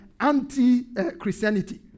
anti-christianity